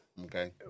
Okay